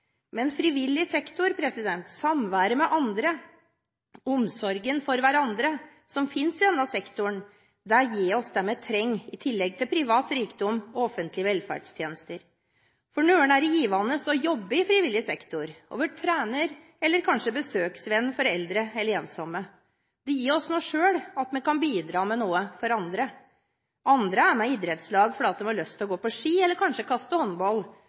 Men frivillig sektor – samværet med andre, omsorgen for hverandre som fins i denne sektoren – gir oss det vi trenger i tillegg til privat rikdom og offentlige velferdstjenester. For noen er det givende å jobbe i frivillig sektor – være trener, eller kanskje besøksvenn for eldre eller ensomme. Det gir oss noe selv at vi kan bidra med noe for andre. Andre er med i idrettslag fordi de har lyst til å gå på ski eller kanskje kaste